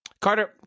Carter